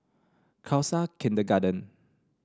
Khalsa Kindergarten